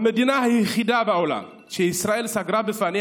המדינה היחידה בעולם שישראל סגרה בפניה